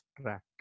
track